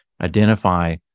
identify